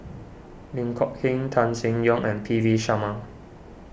Lin Kok Heng Tan Seng Yong and P V Sharma